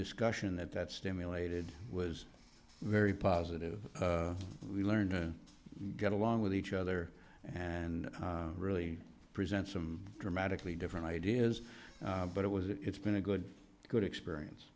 discussion that that stimulated was very positive we learned to get along with each other and really present some dramatically different ideas but it was it's been a good good experience